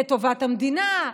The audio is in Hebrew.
לטובת המדינה,